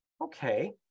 okay